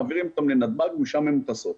מעבירים אותן לנתב"ג ומשם הן טסות.